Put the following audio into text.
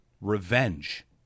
revenge